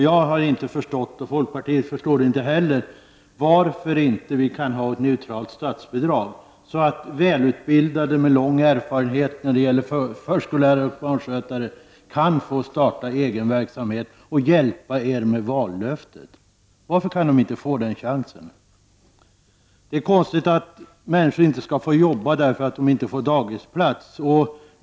Jag och folkpartiet förstår inte varför vi inte kan ha ett neutralt statsbidrag som gör att välutbildade förskolelärare och barnskötare med lång erfarenhet kan få starta egen verksamhet och hjälpa er med vallöftet. Varför kan de inte få den chansen? Det är konstigt att människor inte skall få arbeta på grund av att de inte får dagisplats till sina barn.